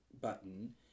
button